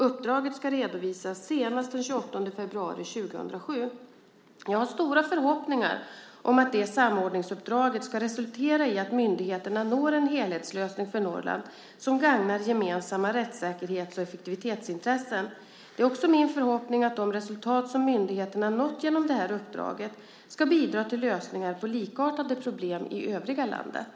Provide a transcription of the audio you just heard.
Uppdraget ska redovisas senast den 28 februari 2007. Jag har stora förhoppningar om att detta samordningsuppdrag ska resultera i att myndigheterna når en helhetslösning för Norrland som gagnar gemensamma rättssäkerhets och effektivitetsintressen. Det är också min förhoppning att de resultat som myndigheterna nått genom detta uppdrag ska bidra till lösningar på likartade problem i övriga landet.